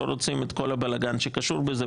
לא רוצים את כל הבלגן שקשור בזה,